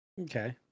Okay